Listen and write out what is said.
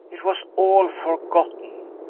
it was all forgotten.